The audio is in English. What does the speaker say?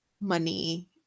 money